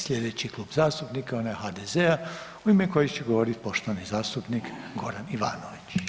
Sljedeći klub zastupnika je onaj HDZ-a u ime kojeg će govoriti poštovani zastupnik Goran Ivanović.